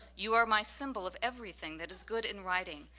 you are my symbol of everything that is good in writing,